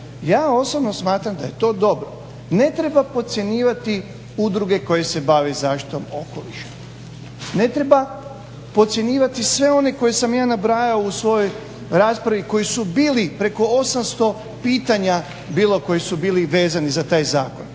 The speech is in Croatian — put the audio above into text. Ja osobno smatram da je to dobro. Ne treba podcjenjivati udruge koje se bave zaštitom okoliša, ne treba podcjenjivati sve one koje sam ja nabrajao u svojoj raspravi koji su bili preko 800 pitanja je bilo koji su vezani za taj zakon.